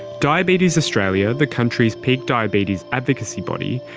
diabetes australia, the country's peak diabetes advocacy body,